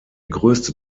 größte